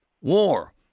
war